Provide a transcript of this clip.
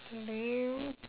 lame